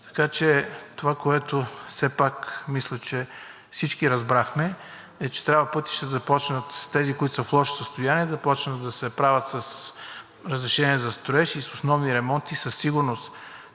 строеж. Това, което все пак мисля, че всички разбрахме, е, че трябва пътищата, които са в лошо състояние, да започнат да се правят с разрешение за строеж и с основни ремонти. Със сигурност